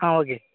ஆ okay